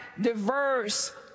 diverse